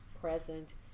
present